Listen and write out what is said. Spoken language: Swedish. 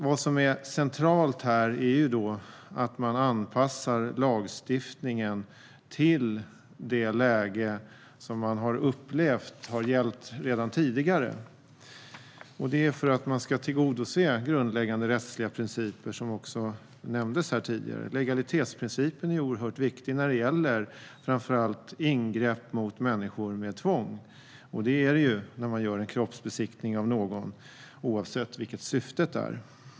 Vad som är centralt är att man anpassar lagstiftningen till det läge som man har upplevt har gällt redan tidigare. Det är för att tillgodose grundläggande rättsliga principer, som också nämndes tidigare. Legalitetsprincipen är oerhört viktig när det gäller ingrepp mot människor med tvång. Så är det när man gör en kroppsbesiktning av någon, oavsett syftet.